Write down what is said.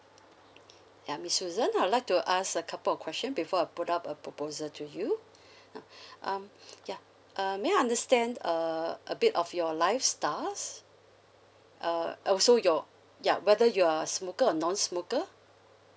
ya miss susan I'd like to ask a couple question before I put up a proposal to you now um ya uh may I understand err a bit of your lifestyles uh also your ya whether you're a smoker or non-smoker